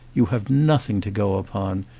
you have nothing to go upon,